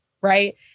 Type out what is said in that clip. right